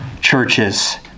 churches